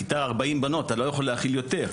כיתה היא 40 בנות, אתה לא יכול להכיל יותר.